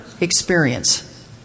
experience